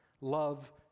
love